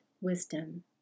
wisdom